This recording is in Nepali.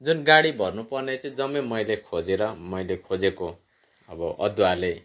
जुन गाडी भर्नु पर्ने चाहिँ जम्मै मैले खोजेर मैले खोजेको अब अदुवाले